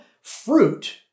fruit